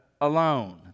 alone